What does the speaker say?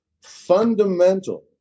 fundamental